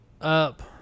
Up